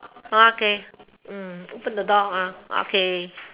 okay open the door okay